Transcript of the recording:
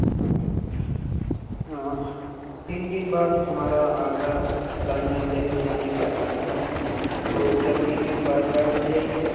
okay تین دِن بعد ہمارا آگرہ تاج محل دیکھنے جانے کا پلان ہے تو کیا تین دن بعد کار مل جائے گی